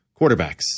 quarterbacks